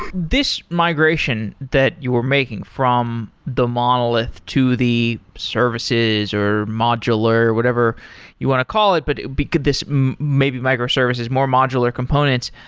ah this migration that you were making from the monolith to the services, or modular, or whatever you want to call it, but because this maybe microservices more modular components,